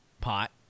pot